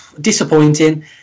Disappointing